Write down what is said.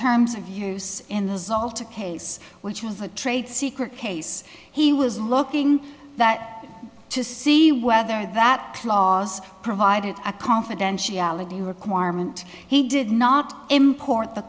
terms of use in the sultana case which was a trade secret case he was looking that to see whether that clause provided a confidentiality requirement he did not import the